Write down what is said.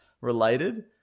related